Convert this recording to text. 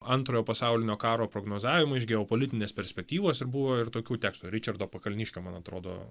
antrojo pasaulinio karo prognozavimą iš geopolitinės perspektyvos ir buvo ir tokių teksų ričardo pakalniškio man atrodo